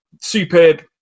Superb